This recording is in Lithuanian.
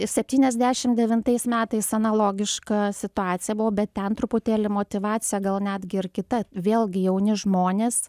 septyniasdešimt devintais metais analogiška situacija buvo bet ten truputėlį motyvacija gal netgi ir kita vėlgi jauni žmonės